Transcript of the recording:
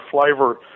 flavor